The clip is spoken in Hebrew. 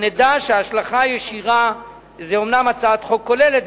זאת אומנם הצעת חוק כוללת,